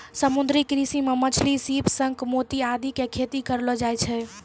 समुद्री कृषि मॅ मछली, सीप, शंख, मोती आदि के खेती करलो जाय छै